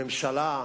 הממשלה,